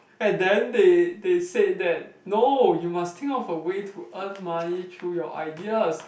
and then they they said that no you must think of a way to earn money through your ideas